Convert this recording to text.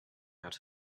out